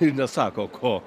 ir nesako ko